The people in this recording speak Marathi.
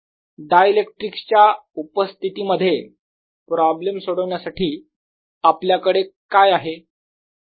डायइलेक्ट्रिक्स च्या उपस्थिती मध्ये प्रॉब्लेम सोडवण्यासाठी आपल्याकडे काय आहे